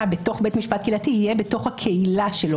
בתוך בית משפט קהילתי יהיה בתוך הקהילה שלו,